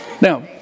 Now